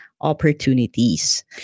opportunities